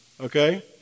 Okay